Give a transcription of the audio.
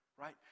right